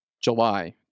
July